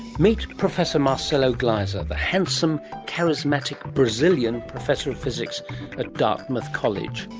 meet professor marcelo gleiser, the handsome, charismatic brazilian professor of physics at dartmouth college.